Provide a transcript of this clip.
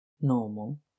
normal